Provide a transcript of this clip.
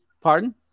Pardon